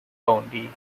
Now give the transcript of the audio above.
county